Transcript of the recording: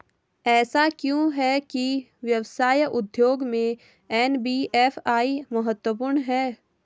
ऐसा क्यों है कि व्यवसाय उद्योग में एन.बी.एफ.आई महत्वपूर्ण है?